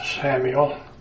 Samuel